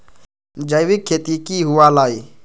जैविक खेती की हुआ लाई?